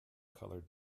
color